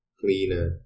cleaner